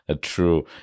true